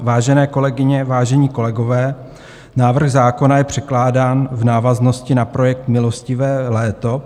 Vážené kolegyně, vážení kolegové, návrh zákona je předkládán v návaznosti na projekt milostivé léto.